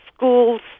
Schools